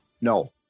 No